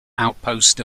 outpost